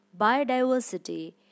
biodiversity